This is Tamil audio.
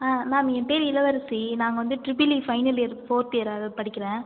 ஆ மேம் என் பேர் இளவரசி நாங்கள் வந்து triple E final year fourth year படிக்கிறேன்